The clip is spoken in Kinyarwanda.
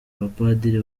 abapadiri